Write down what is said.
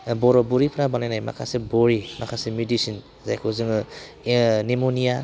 बर' बुरैफ्रा बानायनाय माखासे बरि माखासे मेडिसिन जायखौ जोङो निउम'निया